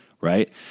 right